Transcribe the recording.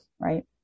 right